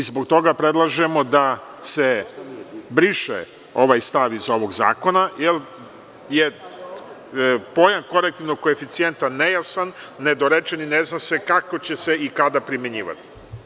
Zbog toga predlažemo da se briše ovaj stav iz ovog zakona, jer je pojam korektivnog koeficijenta nejasan, nedorečen i ne zna se kako će se i kada primenjivati.